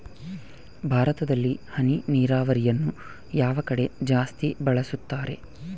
ಭಾರತದಲ್ಲಿ ಹನಿ ನೇರಾವರಿಯನ್ನು ಯಾವ ಕಡೆ ಜಾಸ್ತಿ ಬಳಸುತ್ತಾರೆ?